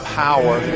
power